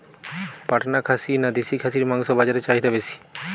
পাটনা খাসি না দেশী খাসির মাংস বাজারে চাহিদা বেশি?